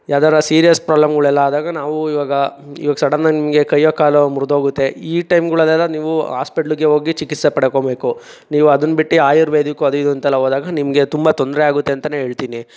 ಯಾವ್ದಾರ ಸೀರಿಯಸ್ ಪ್ರಾಬ್ಲಮ್ಗಳೆಲ್ಲ ಆದಾಗ ನಾವು ಇವಾಗ ಇವಾಗ ಸಡನ್ನಾಗಿ ನಿಮಗೆ ಕೈಯೋ ಕಾಲೋ ಮುರಿದೋಗುತ್ತೆ ಈ ಟೈಮ್ಗಳಲ್ಲೆಲ್ಲ ನೀವು ಹಾಸ್ಪೆಟ್ಲಿಗೆ ಹೋಗಿ ಚಿಕಿತ್ಸೆ ಪಡ್ಕೊಬೇಕು ನೀವು ಅದನ್ನು ಬಿಟ್ಟು ಆಯುರ್ವೇದಿಕ್ಕು ಅದು ಇದು ಅಂತೆಲ್ಲ ಹೋದಾಗ ನಿಮಗೆ ತುಂಬ ತೊಂದರೆ ಆಗುತ್ತೆ ಅಂತ ಹೇಳ್ತಿನಿ